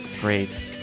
Great